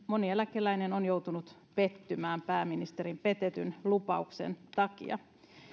moni eläkeläinen on joutunut pettymään pääministerin petetyn lupauksen takia